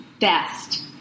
best